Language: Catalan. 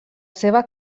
seva